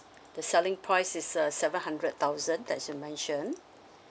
the selling price is uh seven hundred thousand that's you mentioned